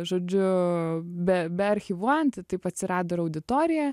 žodžiu be bearchyvuojant taip atsirado ir auditorija